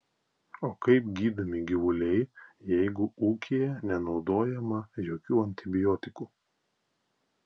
o kaip gydomi gyvuliai jeigu ūkyje nenaudojama jokių antibiotikų